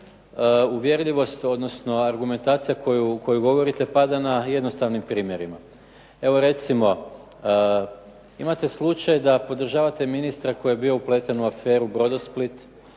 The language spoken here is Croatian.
uvjerljivo ste, odnosno argumentacija koju govorite pada na jednostavnim primjerima. Evo recimo imate slučaj da podržavate ministra koji je bio upleten u aferu "Brodosplit",